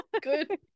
Good